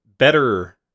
better